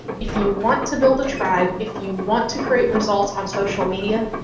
if you want to build a tribe, if you want to create results on social media,